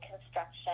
construction